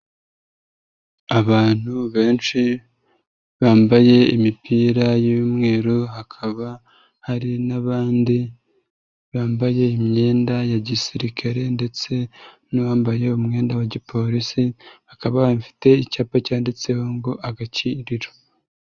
Abantu benshi bambaye imipira y'umweru, hakaba hari n'abandi bambaye imyenda ya gisirikare ndetse n'uwambaye umwenda wa gipolisi, bakaba bafite icyapa cyanditseho ngo agakiriro.